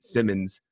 Simmons